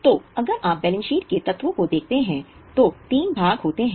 तो अगर आप बैलेंस शीट के तत्वों को देखते हैं तो तीन भाग होते हैं